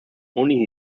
only